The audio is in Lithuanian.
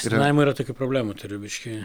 su dainavimu yra tokių problemų turiu biškį